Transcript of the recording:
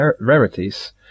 Rarities